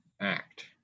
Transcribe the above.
act